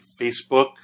Facebook